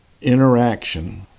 interaction